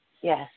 Yes